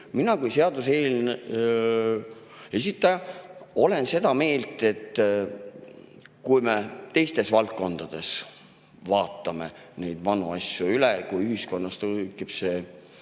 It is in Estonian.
Mina kui seaduseelnõu esitaja olen seda meelt, et me teistes valdkondades ju vaatame vanu asju üle, kui ühiskonnas tuleb see